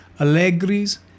Allegri's